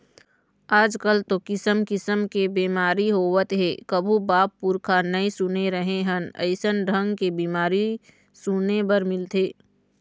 आजकल तो किसम किसम के बेमारी होवत हे कभू बाप पुरूखा नई सुने रहें हन अइसन ढंग के बीमारी सुने बर मिलथे